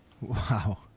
Wow